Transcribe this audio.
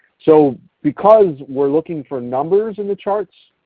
so because we are looking for numbers in the charts,